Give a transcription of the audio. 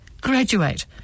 graduate